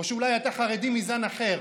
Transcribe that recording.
או שאולי אתה חרדי מזן אחר?